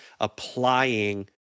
applying